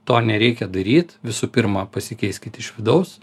to nereikia daryt visų pirma pasikeiskit iš vidaus